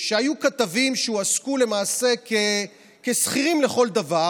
היו כתבים שהועסקו למעשה כשכירים לכל דבר